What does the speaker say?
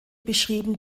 beschrieben